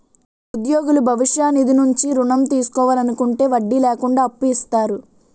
ఉద్యోగులు భవిష్య నిధి నుంచి ఋణం తీసుకోవాలనుకుంటే వడ్డీ లేకుండా అప్పు ఇస్తారు